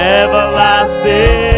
everlasting